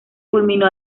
culminó